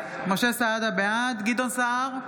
סעדה, בעד גדעון סער,